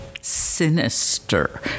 sinister